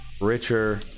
Richer